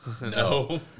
No